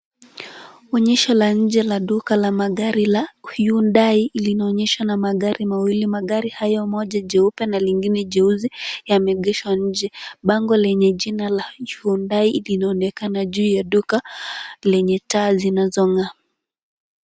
Onyesho la nje la duka la magari la Hyundai linaonyesha na magari mawili. Magari hayo moja jeupe na lingine jeusi yameegeshwa nje. Bango lenye jina la Hyundai linaonekana juu ya duka lenye taa zinazong'aa.